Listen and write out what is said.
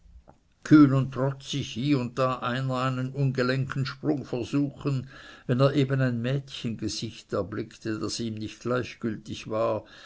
kühn und trotzig hie und da einer einen ungelenken sprung versuchend wenn er eben ein mädchengesicht erblickte das ihm nicht gleichgültig war